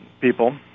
people